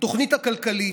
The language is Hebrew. התוכנית הכלכלית,